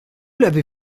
l’avez